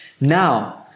Now